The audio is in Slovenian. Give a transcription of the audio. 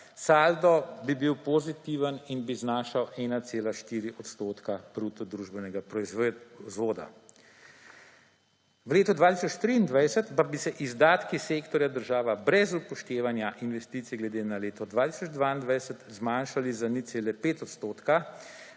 saldo bi bil pozitiven in bi znašal 1,4 odstotka bruto družbenega proizvoda. V letu 2023 pa bi se izdatki sektorja država brez upoštevanja investicij glede na leto 2022 zmanjšali za 0,5 odstotka,